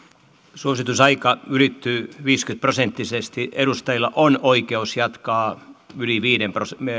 suositusaika ylittyi viisikymmentä prosenttisesti edustajilla on oikeus jatkaa yli viiden